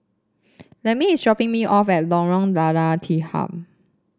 Lempi is dropping me off at Lorong Lada Tiham